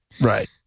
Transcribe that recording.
right